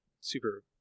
super